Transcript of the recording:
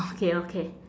okay okay